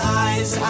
eyes